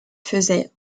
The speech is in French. faisait